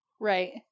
Right